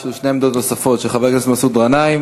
שתי עמדות נוספות, של חבר הכנסת מסעוד גנאים